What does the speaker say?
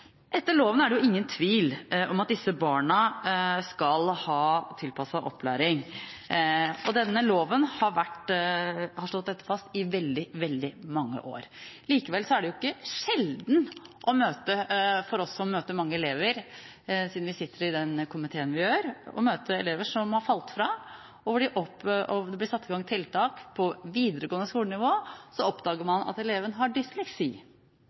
Etter loven er det ingen tvil om at disse barna skal ha tilpasset opplæring. Loven har slått dette fast i veldig, veldig mange år. Likevel er det ikke sjelden for oss – vi møter mange elever siden vi sitter i den komiteen vi gjør – å møte elever som har falt fra, og som opplever at det blir satt i gang tiltak på videregående skoles nivå. Først da oppdager man at eleven har